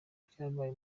byabaye